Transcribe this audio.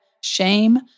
shame